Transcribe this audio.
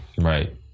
Right